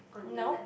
nope